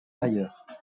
ailleurs